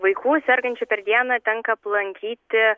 vaikų sergančių per dieną tenka aplankyti